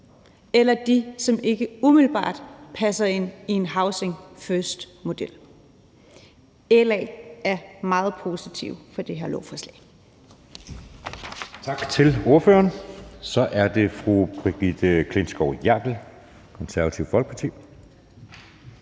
eller dem, som ikke umiddelbart passer ind i en housing first-model. LA er meget positiv over for det her lovforslag.